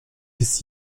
bis